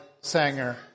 Sanger